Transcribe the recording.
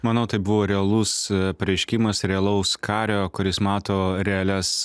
manau tai buvo realus pareiškimas realaus kario kuris mato realias